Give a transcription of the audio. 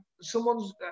someone's